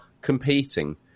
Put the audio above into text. competing